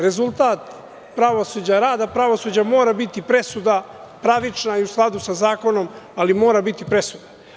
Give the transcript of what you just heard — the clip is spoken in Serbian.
Rezultat rada pravosuđa mora biti presuda, pravična i u skladu sa zakonom, ali mora biti presuda.